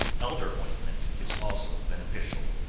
elder ointment is also beneficial.